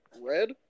red